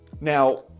now